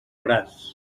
braç